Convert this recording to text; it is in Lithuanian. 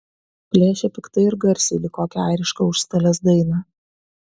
plėšė piktai ir garsiai lyg kokią airišką užstalės dainą